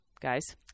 guys